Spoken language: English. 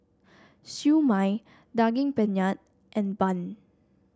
Siew Mai Daging Penyet and bun